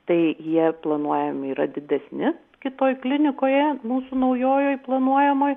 tai jie planuojami yra didesni kitoj klinikoje mūsų naujojoj planuojamoj